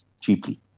cheaply